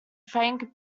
frank